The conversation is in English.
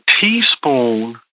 teaspoon